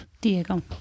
Diego